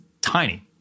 tiny